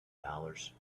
dollars